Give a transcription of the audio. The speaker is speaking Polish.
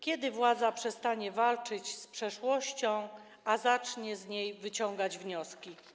Kiedy władza przestanie walczyć z przeszłością, a zacznie z niej wyciągać wnioski?